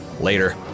Later